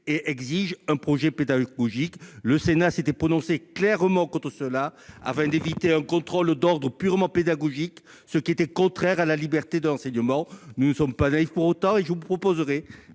et exige un projet pédagogique. Le Sénat s'était prononcé clairement contre cela afin d'éviter un contrôle d'ordre purement pédagogique, ce qui serait contraire à la liberté de l'enseignement. Nous ne sommes pas naïfs pour autant. C'est pourquoi